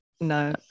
No